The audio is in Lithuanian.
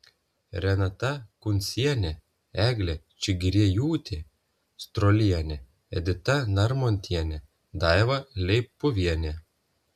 renata kuncienė eglė čigriejūtė strolienė edita narmontienė daiva leipuvienė